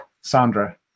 sandra